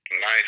Nice